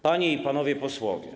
Panie i Panowie Posłowie!